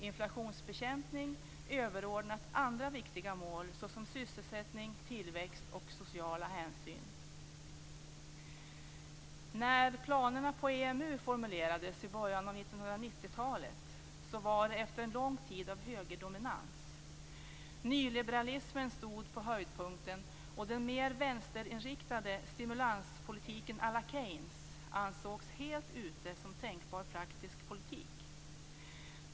Inflationsbekämpning är överordnat andra viktiga mål såsom sysselsättning, tillväxt och sociala hänsyn. När planerna på EMU formulerades i början av 1990-talet var det efter en lång tid av högerdominans. Nyliberalismen stod på höjdpunkten, och den mer vänsterinriktade stimulanspolitiken à la Keynes ansågs helt ute som tänkbar praktisk politik.